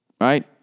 Right